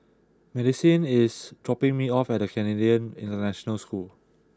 Madisyn is dropping me off at Canadian International School